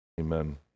Amen